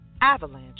avalanche